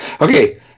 Okay